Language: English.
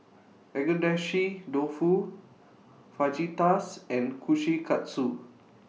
Agedashi Dofu Fajitas and Kushikatsu